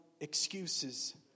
excuses